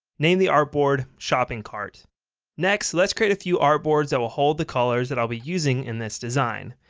name the artboard shopping cart next, let's create a few artboards that will hold the colors that i will be using in this design.